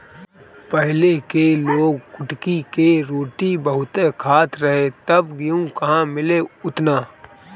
पहिले के लोग कुटकी के रोटी बहुते खात रहे तब गेहूं कहां मिले ओतना